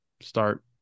start